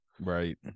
right